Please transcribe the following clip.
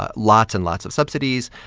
ah lots and lots of subsidies,